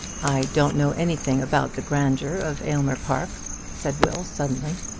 i don't know anything about the grandeur of aylmer park, said will, suddenly.